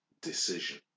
decision